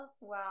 wow